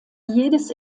jedes